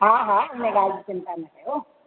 हा हा हुन ॻाल्हि जी चिंता न कयो